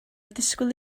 disgwyl